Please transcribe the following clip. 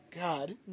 God